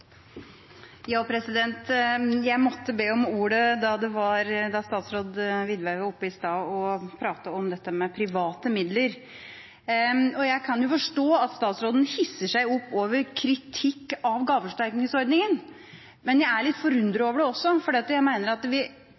statsråd Widvey var oppe i stad og pratet om private midler. Jeg kan forstå at statsråden hisser seg opp over kritikk av gaveforsterkningsordningen, men jeg er litt forundret over det også siden Stortinget ber om – det har vi i Senterpartiet foreslått at vi